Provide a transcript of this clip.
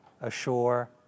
ashore